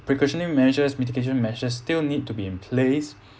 precautionary measures mitigation measures still need to be in place